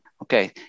Okay